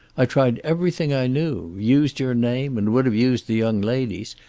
i tried everything i knew, used your name and would have used the young lady's,